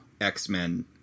X-Men –